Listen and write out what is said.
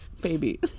Baby